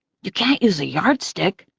you can't use a yardstick.